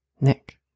Nick